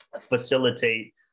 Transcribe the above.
facilitate